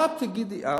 מה תגידי את,